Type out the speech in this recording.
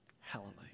Hallelujah